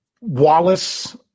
Wallace –